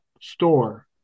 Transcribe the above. store